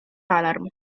alarm